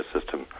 system